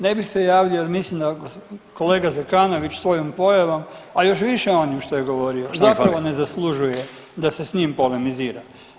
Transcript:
Ne bih se javio jer mislim da kolega Zekanović svojom pojavom, a još više onim što je govorio [[Upadica: Šta mi fali?]] zapravo ne zaslužuje da se s njim polemizira.